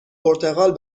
پرتغال